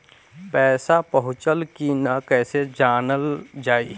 पैसा पहुचल की न कैसे जानल जाइ?